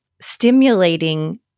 stimulating